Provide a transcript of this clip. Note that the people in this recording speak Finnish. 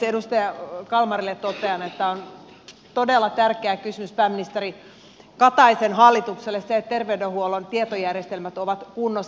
edustaja kalmarille totean että on todella tärkeä kysymys pääministeri kataisen hallitukselle se että terveydenhuollon tietojärjestelmät ovat kunnossa